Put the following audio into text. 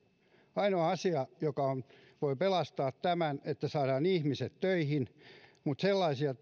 ainoa asia joka voi pelastaa tämän on se että saadaan ihmiset töihin mutta sellaisia